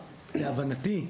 להבנתי,